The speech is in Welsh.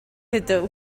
ydw